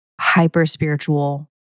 hyper-spiritual